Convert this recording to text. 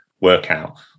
Workout